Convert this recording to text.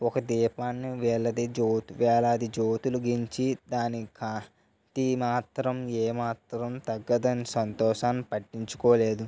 ఒక దీపాన్ని వెలది జ్యో వేలాది జ్యోతులు వెలిగించి దాని కాంతి మాత్రం ఏమాత్రం తగ్గదని సంతోషం పట్టించుకోలేదు